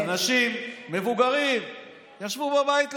אני מבין, אנשים מבוגרים ישבו בבית לבד,